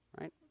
right